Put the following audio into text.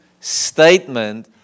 statement